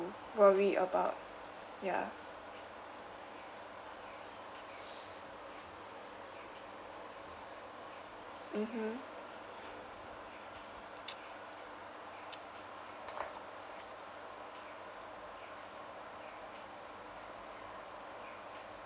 worry about ya mmhmm